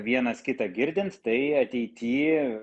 vienas kitą girdint tai ateity